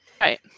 Right